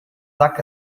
sack